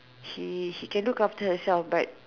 she she can look after herself but